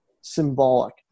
symbolic